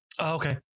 Okay